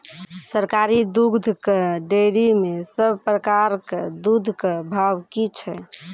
सरकारी दुग्धक डेयरी मे सब प्रकारक दूधक भाव की छै?